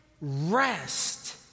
rest